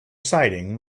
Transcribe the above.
siding